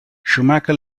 schumacher